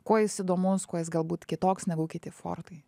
kuo jis įdomus kuo jis galbūt kitoks negu kiti fortai